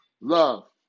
Love